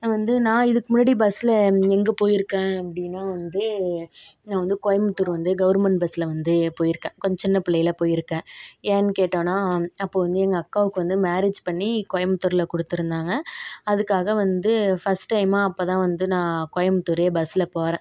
வந்து நான் இதுக்கு முன்னாடி பஸ்ஸில் எங்கே போய்ருக்கேன் அப்படின்னா வந்து நான் வந்து கோயம்புத்தூர் வந்து கவர்மெண்ட் பஸ்ஸில் வந்து போய்ருக்கேன் கொஞ்சம் சின்ன பிள்ளையில் போய்ருக்கேன் ஏன் கேட்டோம்ன்னா அப்போது வந்து எங்கள் அக்காவுக்கு வந்து மேரேஜ் பண்ணி கோயம்புத்தூரில் கொடுத்துருந்தாங்க அதுக்காக வந்து ஃபர்ஸ்ட் டைமாக அப்போதான் வந்து நான் கோயம்புத்தூர் பஸ்ஸில் போகிறேன்